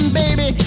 baby